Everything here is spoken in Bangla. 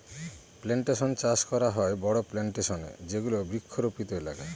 প্লানটেশন চাষ করা হয় বড়ো প্লানটেশনে যেগুলো বৃক্ষরোপিত এলাকা